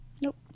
Nope